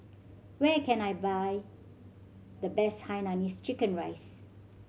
where can I buy the best hainanese chicken rice